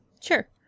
Sure